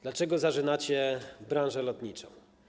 Dlaczego zarzynacie branżę lotniczą?